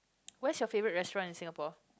where is your favorite restaurant in Singapore